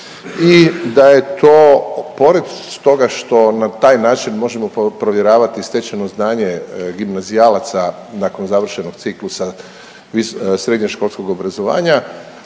i da je to pored toga što na taj način možemo provjeravati stečeno znanje gimnazijalaca nakon završenog ciklusa srednješkolskog obrazovanja,